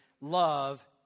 love